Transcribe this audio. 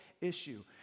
issue